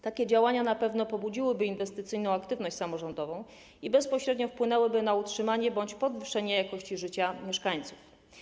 Takie działania na pewno pobudziłyby inwestycyjną aktywność samorządową i bezpośrednio wpłynęłyby na utrzymanie bądź podwyższenie jakości życia mieszkańców.